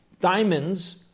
Diamonds